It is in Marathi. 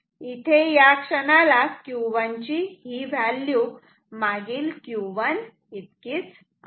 या क्षणाला Q1 चि ही व्हॅल्यू मागील Q1 इतकी आहे